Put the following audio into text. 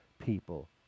people